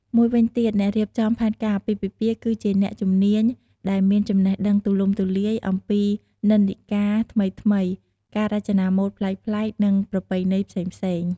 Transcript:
មួយវិញទៀត អ្នករៀបចំផែនការអាពាហ៍ពិពាហ៍គឺជាអ្នកជំនាញដែលមានចំណេះដឹងទូលំទូលាយអំពីនិន្នាការថ្មីៗ ការរចនាម៉ូដប្លែកៗ និងប្រពៃណីផ្សេងៗ។